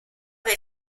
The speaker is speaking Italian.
dai